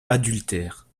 adultère